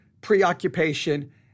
preoccupation